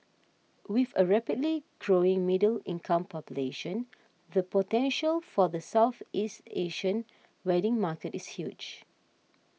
with a rapidly growing middle income population the potential for the Southeast Asian wedding market is huge